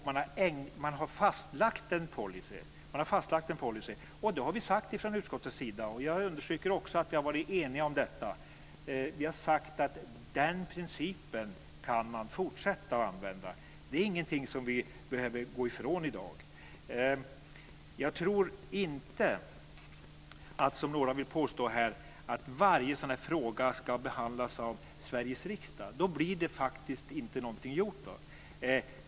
Man har fastlagt en policy. Vi har sagt från utskottets sida, och jag understryker att vi har varit eniga också om detta, att man kan fortsätta att använda den principen. Det är inget som vi behöver gå ifrån i dag. Jag tror inte, som några vill påstå här, att varje sådan här fråga ska behandlas av Sveriges riksdag. Då blir det faktiskt inget gjort.